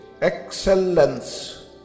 excellence